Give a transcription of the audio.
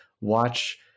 watch